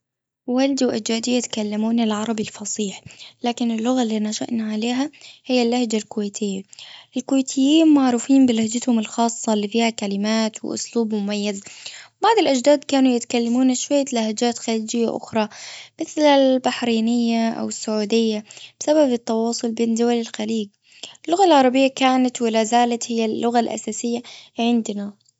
والدي وأجدادي يتكلمون العربي الفصيح. لكن اللغة اللي نشأنا عليها هي اللهجة الكويتية. الكويتيين معروفين بلهجتهم الخاصة اللي فيها كلمات وأسلوب مميز. بعض الأجداد كانوا يتكلمون شوية لهجات خارجية أخرى. مثل البحرينية أو السعودية. بسبب التواصل بين دول الخليج. اللغة العربية كانت ولا زالت هي اللغة الأساسية عندنا.